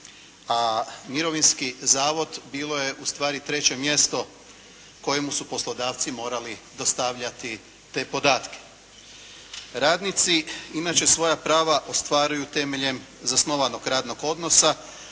a Mirovinski zavod bilo je u stvari treće mjesto kojemu su poslodavci morali dostavljati te podatke. Radnici inače svoja prava ostvaruju temeljem zasnovanog radnog odnosa